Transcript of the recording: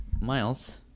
miles